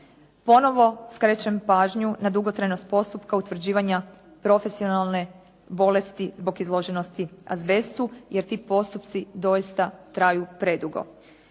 Ponovo skrećem pažnju na dugotrajnost postupka utvrđivanja profesionalne bolesti zbog izloženosti azbestu, jer ti postupci doista traju predugo.